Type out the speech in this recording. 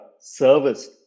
service